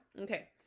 Okay